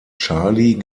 charlie